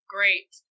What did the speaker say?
Great